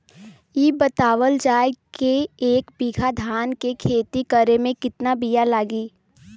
इ बतावल जाए के एक बिघा धान के खेती करेमे कितना बिया लागि?